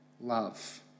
love